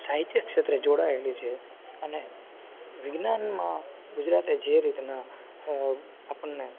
સાહિત્ય ક્ષેત્રે જોડાયેલી છે અને વિજ્ઞાનમાં ગુજરાતે જે રીતનાં આપણને